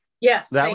Yes